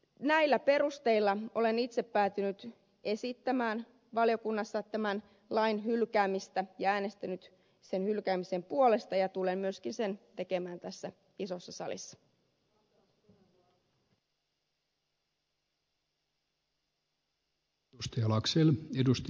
näillä perusteilla olen itse päätynyt esittämään valiokunnassa tämän lain hylkäämistä ja äänestänyt sen hylkäämisen puolesta ja tulen myöskin sen tekemään tässä isossa salissa